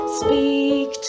speak